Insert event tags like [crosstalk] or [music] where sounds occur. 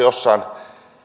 [unintelligible] jossain